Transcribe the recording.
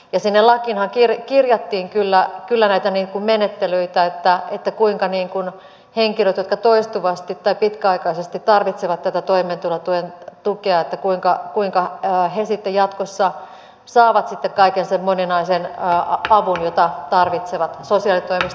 ja sinne lakiinhan kirjattiin kyllä näitä menettelyitä kuinka henkilöt jotka toistuvasti tai pitkäaikaisesti tarvitsevat tätä toimeentulotuen tukea että kuinka kuinka ja toimeentulotukea sitten jatkossa saavat kaiken sen moninaisen avun jota tarvitsevat sosiaalitoimesta